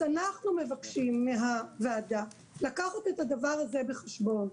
אז אנחנו מבקשים מהוועדה לקחת את הדבר הזה בחשבון,